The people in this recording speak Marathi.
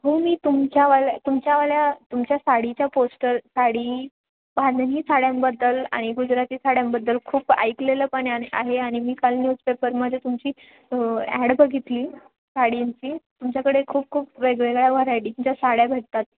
हो मी तुमच्यावाल्या तुमच्यावाल्या तुमच्या साडीच्या पोस्टर साडी बांधणी साड्यांबद्दल आणि गुजराती साड्यांबद्दल खूप ऐकलेलं पण आहे आणि मी काल न्यूजपेपरमध्ये तुमची ॲड बघितली साडींची तुमच्याकडे खूप खूप वेगवेगळ्या व्हरायटीच्या साड्या भेटतात